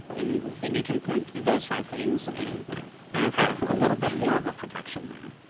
and then you can point to those five things and kind of have a little bit more of a protection there.